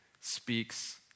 speaks